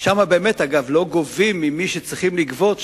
שם באמת לא גובים ממי שצריכים לגבות,